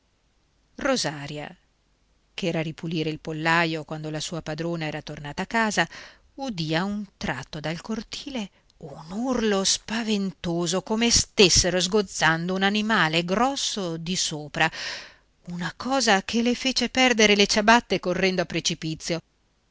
piace rosaria ch'era a ripulire il pollaio quando la sua padrona era tornata a casa udì a un tratto dal cortile un urlo spaventoso come stessero sgozzando un animale grosso di sopra una cosa che le fece perdere le ciabatte correndo a precipizio